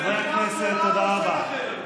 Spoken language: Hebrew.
חברי הכנסת, תודה רבה.